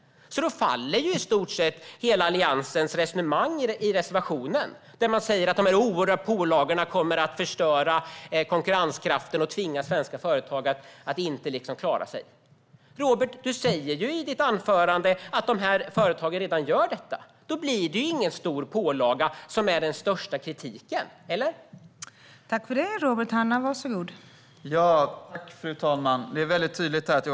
Då faller hela Alliansens resonemang i reservationen där man säger att de oerhörda pålagorna kommer att förstöra konkurrenskraften och tvinga svenska företag så att de inte klarar sig. Du säger i ditt anförande, Robert, att företagen redan gör detta. Då blir det ingen stor pålaga, som är den största kritiken, eller hur?